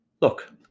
Look